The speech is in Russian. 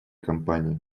кампании